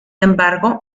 embargo